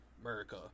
America